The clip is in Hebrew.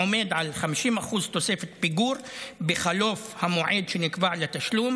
עומד על 50% תוספת פיגור בחלוף המועד שנקבע לתשלום